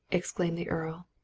exclaimed the earl.